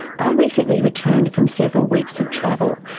i recently returned from several weeks of travel,